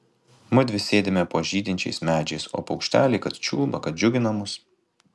mudvi sėdime po žydinčiais medžiais o paukšteliai kad čiulba kad džiugina mus